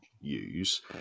use